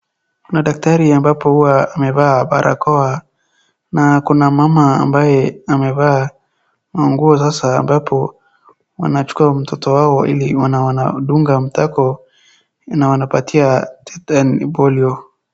Kuna daktari ambapo huwa amevaa barakoa, na kuna mama ambaye amevaa manguo sasa ambapo, anachukua mtoto wao ili wana wanawadunga matako na wanapatia sindano ya Polio .